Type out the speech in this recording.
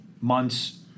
Months